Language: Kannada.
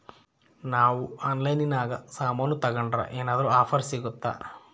ನಾವು ಆನ್ಲೈನಿನಾಗ ಸಾಮಾನು ತಗಂಡ್ರ ಏನಾದ್ರೂ ಆಫರ್ ಸಿಗುತ್ತಾ?